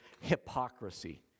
hypocrisy